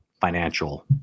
financial